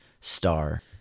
star